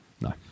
No